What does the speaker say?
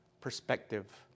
perspective